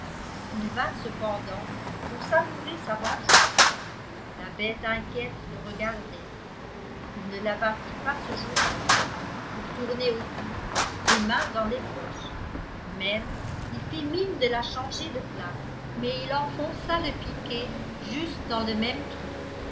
ii vint cependant pour savourer sa vengeance la bête inquiète le regardait il ne la battit pas ce jour-là il tournait autour les mains dans les poches même il fit mine de la changer de place mais il enfonça le piquet juste dans le même trou